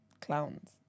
clowns